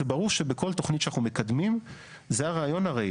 זה ברור שבכל תוכנית שאנחנו מקדמים זה הרעיון הרי,